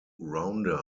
rounder